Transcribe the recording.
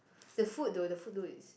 the food though the food though is